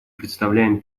представляем